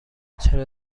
چرا